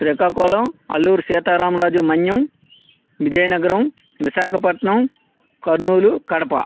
Srikakulam Alluri Sitarama Raju Manyam Vizianagaram Visakhapatnam Kurnool Kadapa